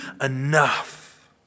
enough